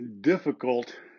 difficult